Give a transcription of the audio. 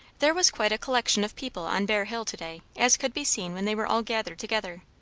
there was quite a collection of people on bear hill to-day, as could be seen when they were all gathered together.